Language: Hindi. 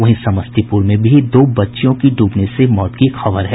वहीं समस्तीपूर में भी दो बच्चियों की डूबने से मौत की खबर है